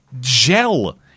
gel